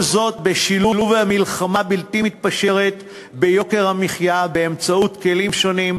זאת בשילוב מלחמה בלתי מתפשרת ביוקר המחיה באמצעות כלים שונים,